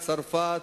צרפת,